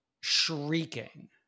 shrieking